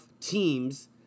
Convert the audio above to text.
teams